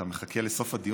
אתה מחכה תמיד לסוף הדיון.